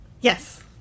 Yes